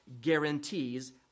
guarantees